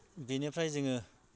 बेनिफ्राय जोङो